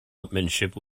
upmanship